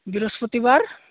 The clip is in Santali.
ᱵᱤᱨᱚᱥᱯᱚᱛᱤ ᱵᱟᱨ